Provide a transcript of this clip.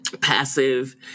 passive